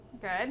good